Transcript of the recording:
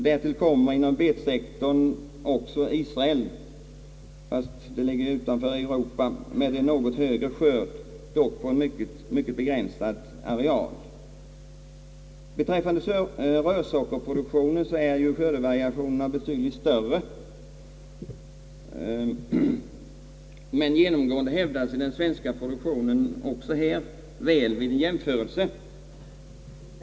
Därtill kommer inom betsektorn också Israel med en något högre skörd, dock på en mycket begränsad areal. Beträffande rörsockerproduktionen är skördevariationerna betydligt större, men genomgående hävdar den svenska produktionen sig väl också i denna jämförelse.